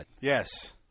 Yes